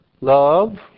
Love